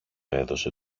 έδωσε